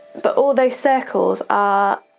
but all those circles are